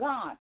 God